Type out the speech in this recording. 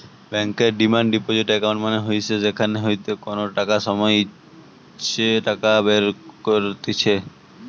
বেঙ্কর demand deposit account মানে হইসে যেখান হইতে যে কোনো সময় ইচ্ছে টাকা বের কত্তিছে